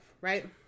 right